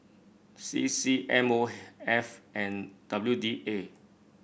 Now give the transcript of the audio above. C C M O F and W D A